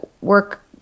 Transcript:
work